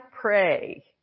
pray